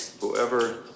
whoever